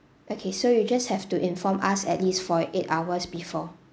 okay so you just have to inform us at least forty eight hours before